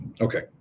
Okay